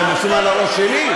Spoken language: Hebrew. מה, הם עושים על הראש שלי?